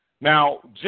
Now